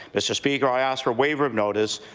mr. speaker, i ask for waiver of notice,